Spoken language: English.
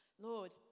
Lord